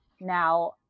Now